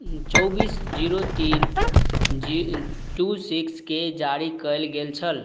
चौबिस जीरो तीन टू सिक्सके जारी कएल गेल छल